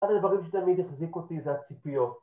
אחד הדברים שתמיד החזיק אותי זה הציפיות